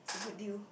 it's a good deal